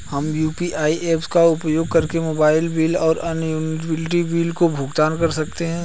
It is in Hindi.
हम यू.पी.आई ऐप्स का उपयोग करके मोबाइल बिल और अन्य यूटिलिटी बिलों का भुगतान कर सकते हैं